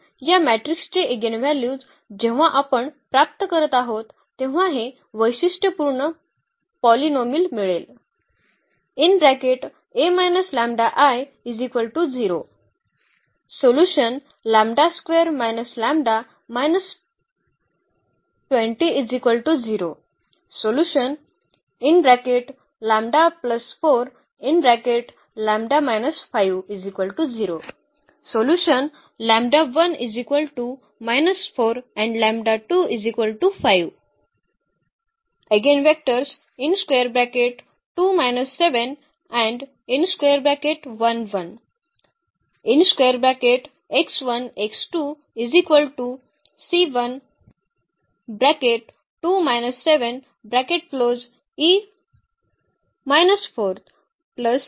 म्हणून या मॅट्रिक्सचे इगेनव्ह्ल्यूज जेव्हा आपण प्राप्त करत आहोत तेव्हा हे वैशिष्ट्यपूर्ण पॉलिनोमिल मिळेल